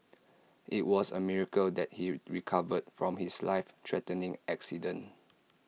IT was A miracle that he recovered from his life threatening accident